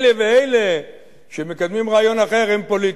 אלה ואלה שמקדמים רעיון אחר הם פוליטיים.